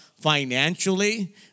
financially